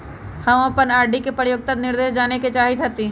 हम अपन आर.डी के परिपक्वता निर्देश जाने के चाहईत हती